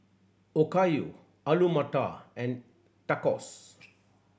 Okayu Alu Matar and Tacos